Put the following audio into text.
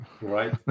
right